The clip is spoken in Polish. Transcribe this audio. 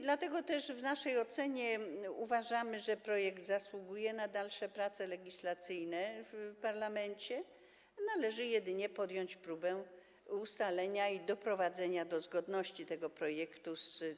Dlatego też uważamy, że projekt zasługuje na dalsze prace legislacyjne w parlamencie, należy jedynie podjąć próbę ustalenia tego i doprowadzenia do zgodności tego projektu z.